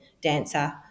dancer